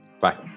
Bye